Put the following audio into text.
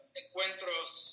encuentros